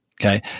Okay